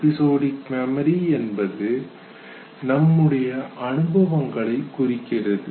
episodic memory என்பது நம்முடைய அனுபவங்களை குறிக்கிறது